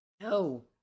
No